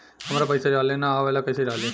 हमरा पईसा डाले ना आवेला कइसे डाली?